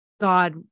God